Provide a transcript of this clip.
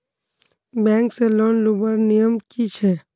Bank से loan लुबार नियम की छे?